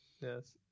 Yes